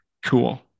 Cool